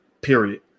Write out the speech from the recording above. period